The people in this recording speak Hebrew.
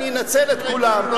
אני אנצל את כולן.